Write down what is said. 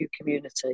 community